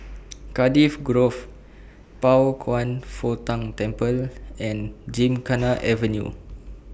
Cardiff Grove Pao Kwan Foh Tang Temple and Gymkhana Avenue